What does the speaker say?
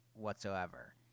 whatsoever